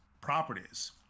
properties